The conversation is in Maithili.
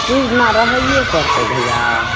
किछु दिना रहैए पड़तै भइआ